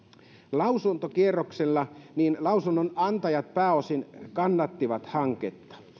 lausuntokierroksella lausunnonantajat pääosin kannattivat hanketta